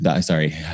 sorry